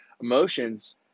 emotions